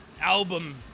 album